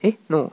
eh no